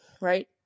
right